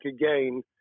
again